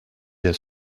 bien